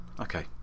Okay